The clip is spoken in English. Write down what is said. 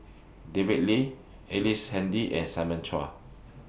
David Lee Ellice Handy and Simon Chua